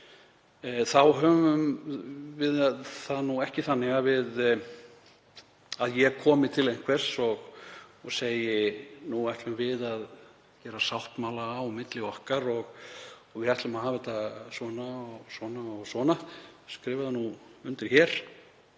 höfum við það ekki þannig að ég komi til einhvers og segi: Nú ætlum við að gera sáttmála á milli okkar og við ætlum að hafa þetta svona og svona, skrifaðu undir hér,